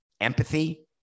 empathy